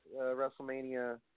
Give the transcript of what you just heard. WrestleMania